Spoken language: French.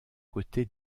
côtés